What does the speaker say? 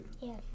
Yes